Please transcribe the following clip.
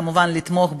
כמובן לתמוך בחוק.